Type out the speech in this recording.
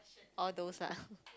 all those lah